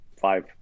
five